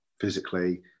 physically